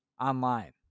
Online